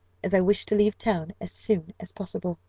as i wish to leave town as soon as possible.